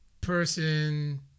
person